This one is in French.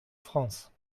france